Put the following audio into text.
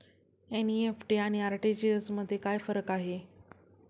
NEFT आणि RTGS मध्ये काय फरक आहे?